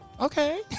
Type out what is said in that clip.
Okay